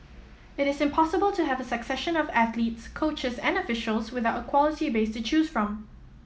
it is impossible to have a succession of athletes coaches and officials without a quality base to choose from